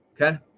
okay